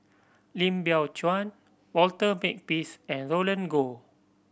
Lim Biow Chuan Walter Makepeace and Roland Goh